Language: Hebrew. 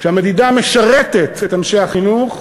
כשהמדידה משרתת את אנשי החינוך,